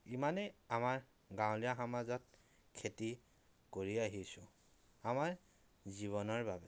ইমানেই আমাৰ গাঁৱলীয়া সমাজত খেতি কৰি আহিছোঁ আমাৰ জীৱনৰ বাবে